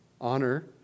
honor